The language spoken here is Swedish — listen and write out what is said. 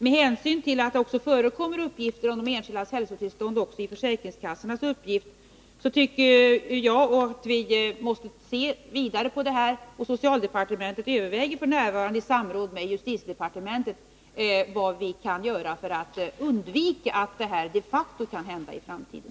Med hänsyn till att det förekommer uppgifter om de enskildas hälsotillstånd också hos försäkringskassorna, måste vi se vidare på detta. Socialdepartementet överväger f. n.isamråd med justitiedepartementet vad vi kan göra för att undvika att sådant här de facto kan hända i framtiden.